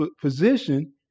position